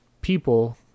people